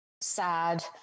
sad